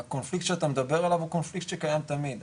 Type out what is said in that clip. הקונפליקט שאתה מדבר עליו הוא קונפליקט שקיים תמיד.